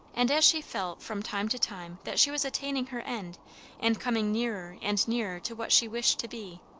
and as she felt from time to time that she was attaining her end and coming nearer and nearer to what she wished to be,